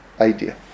idea